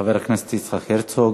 חבר הכנסת יצחק הרצוג.